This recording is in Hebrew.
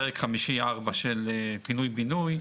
פסקה 4, של פינוי בינוי,